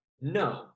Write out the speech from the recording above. No